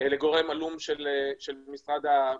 לגורם עלום ממשרד הבריאות.